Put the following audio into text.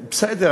בסדר,